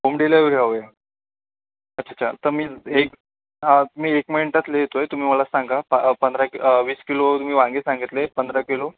home delivery हवी आहे अच्छ छा तर मी एक मी एक मिनटात लिहितो आहे तुम्ही मला सांगा पा पंधरा कि वीस किलो तुम्ही वांगे सांगितले पंधरा किलो